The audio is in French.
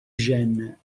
gène